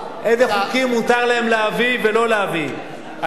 אל תטעה את הציבור.